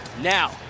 Now